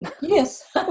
Yes